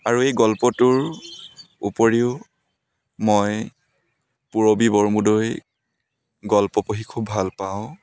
আৰু এই গল্পটোৰ উপৰিও মই পূৰবী বৰমুদৈ গল্প পঢ়ি খুব ভাল পাওঁ